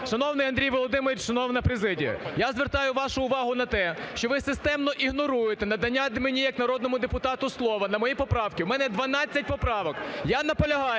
Шановний Андрію Володимировичу, шановна президія, я звертаю вашу увагу на те, що ви системно ігноруєте надання мені як народному депутату слова на мої поправки. У мене 12 поправок.